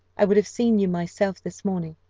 i would have seen you myself this morning,